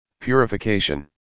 purification